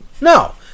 no